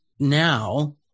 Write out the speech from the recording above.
Now